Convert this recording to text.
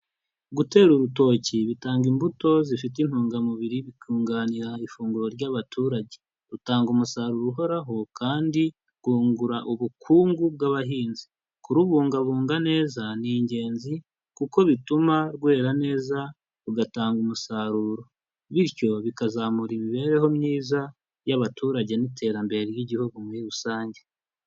Gutera urutoki bitanga imbuto zifite intungamubiri, bikunganira ifunguro ry'abaturage. Rutanga umusaruro uhoraho kandi rwungura ubukungu bw'abahinzi, kurubungabunga neza ni ingenzi kuko bituma rwera neza rugatanga umusaruro bityo bikazamura imibereho myiza y'abaturage n'iterambere ry'igihugu muri rusange.